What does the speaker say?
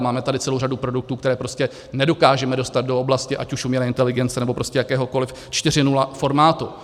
Máme tady celou řadu produktů, které prostě nedokážeme dostat do oblasti ať už umělé inteligence, nebo prostě jakéhokoliv 4.0 formátu.